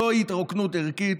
זוהי התרוקנות ערכית.